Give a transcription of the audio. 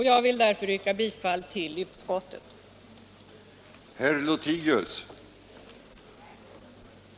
Jag vill därför yrka bifall till utskottets hemställan.